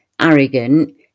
arrogant